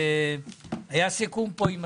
היה סיכום עם השר,